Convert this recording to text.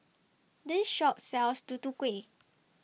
This Shop sells Tutu Kueh